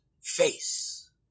face